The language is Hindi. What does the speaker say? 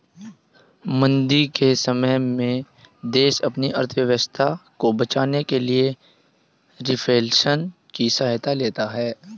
मंदी के समय में देश अपनी अर्थव्यवस्था को बचाने के लिए रिफ्लेशन की सहायता लेते हैं